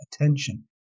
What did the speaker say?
attention